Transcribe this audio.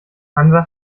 hansa